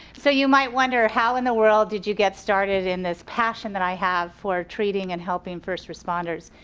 so you might wonder how in the world did you get started in this passion that i have for treating and helping first responders.